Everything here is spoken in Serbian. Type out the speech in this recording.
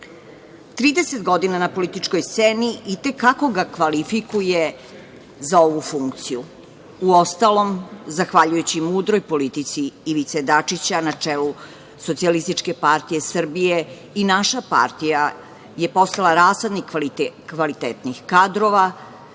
godina na političkoj sceni i te kako ga kvalifikuje za ovu funkciju. Uostalom, zahvaljujući mudroj politici Ivice Dačića na čelu SPS i naša partija je postala rasadnik kvalitetnih kadrova,